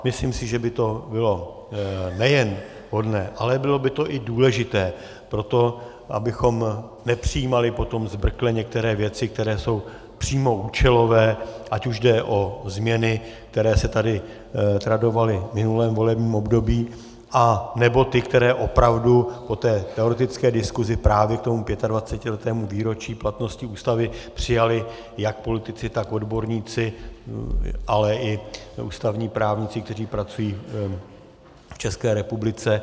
Myslím si, že by to bylo nejen vhodné, ale bylo by to i důležité pro to, abychom nepřijímali potom zbrkle některé věci, které jsou přímo účelové, ať už jde o změny, které se tady tradovaly v minulém volebním období, anebo ty, které opravdu po té teoretické diskusi právě k tomu 25letému výročí platnosti Ústavy přijali jak politici, tak odborníci, ale i ústavní právníci, kteří pracují v České republice.